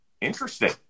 Interesting